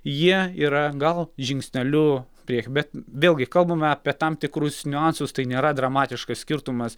jie yra gal žingsneliu prieky bet vėlgi kalbame apie tam tikrus niuansus tai nėra dramatiškas skirtumas